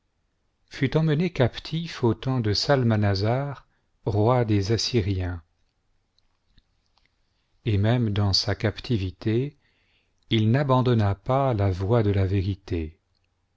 fut emmené captif au temps de salmaiiasar roi des assyriens et même dans sa captivité il n'abandonna pas la voie de la vérité